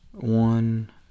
One